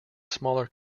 smaller